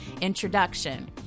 Introduction